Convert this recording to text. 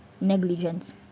negligence